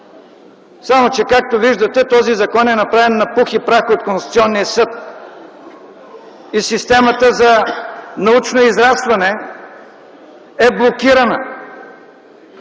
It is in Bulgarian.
Само че, както виждате, този закон е направен на пух и прах от Конституционният съд и системата за научно израстване е блокирана.